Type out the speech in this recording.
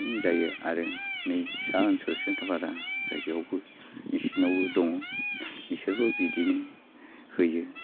बिदिनो जायो आरो नै सा ओनसोल सेनथाफारा जायगायावबो बिसोरनावबो दङ बिसोरबो बिदिनो होयो